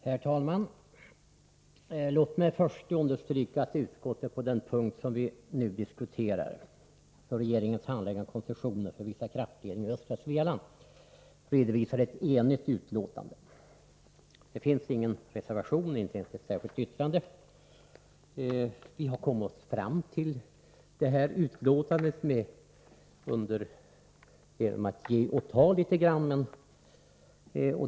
Herr talman! Låt mig först understryka att utskottet på den punkt vi nu diskuterar — regeringens handläggning av koncessioner för vissa kraftledningar i östra Svealand — redovisar ett enhälligt utlåtande. Det finns ingen reservation, inte ens ett särskilt yttrande. Vi har kommit fram till det här utlåtandet genom att ge och ta litet grand.